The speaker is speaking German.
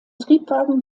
triebwagen